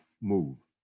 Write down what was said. move